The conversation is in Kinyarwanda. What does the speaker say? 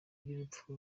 y’urupfu